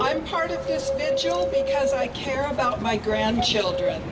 i'm part of this because i care about my grandchildren